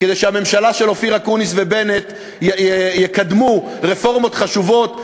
כדי שהממשלה של אופיר אקוניס ובנט תקדם רפורמות חשובות,